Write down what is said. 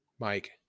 Mike